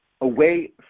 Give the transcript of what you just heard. away